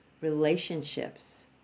relationships